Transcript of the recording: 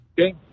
Okay